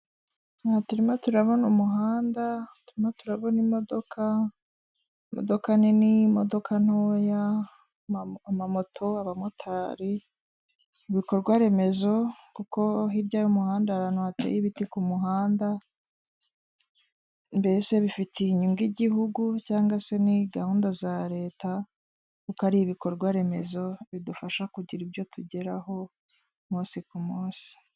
Aha turimo turabona umuhanda, turimo turabona imodoka, imodoka nini, imodoka ntoya, amamoto, abamotari, ibikorwa remezo, kuko hirya y'umuhanda hari ahantu hateye ibiti ku muhanda, mbese bifitiye inyungu igihugu cyangwa se ni gahunda za leta, kuko ari ibikorwa remezo bidufasha kugira ibyo tugeraho, umunsi ku munsi.